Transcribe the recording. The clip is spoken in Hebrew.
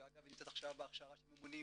שאגב, נמצאת עכשיו בהכשרה של ממונים